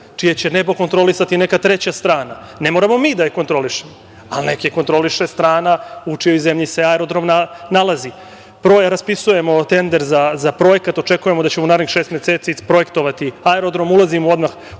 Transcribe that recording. čije će nebo kontrolisati neka treća strana, ne moramo mi da je kontrolišemo, ali neka je kontroliše strana u čijoj zemlji se aerodrom nalazi. Raspisujemo tender za projekat, očekujemo da ćemo u narednih šest meseci isprojektovati aerodrom, ulazimo odmah